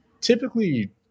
typically